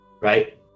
right